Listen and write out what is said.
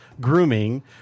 grooming